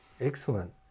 excellent